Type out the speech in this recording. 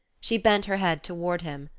she bent her head toward him.